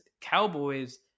Cowboys